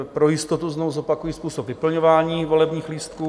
Pro jistotu znovu zopakuji způsob vyplňování volebních lístků.